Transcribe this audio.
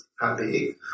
happy